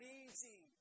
easy